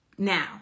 now